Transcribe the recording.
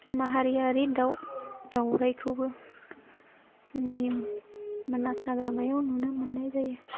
बे माहारियारि दाउ दाउराइखौबो जोंनि माानास हाग्रामायाव नुनो मोन्नाय जायो